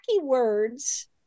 words